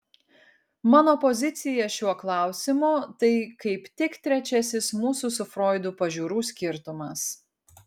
mano pozicija šiuo klausimu tai kaip tik trečiasis mūsų su froidu pažiūrų skirtumas